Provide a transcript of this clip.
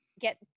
get